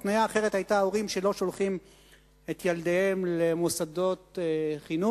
התניה אחרת היתה שהורים שלא שולחים את ילדיהם למוסדות חינוך